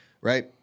right